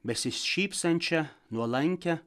besišypsančią nuolankią